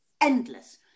endless